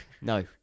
No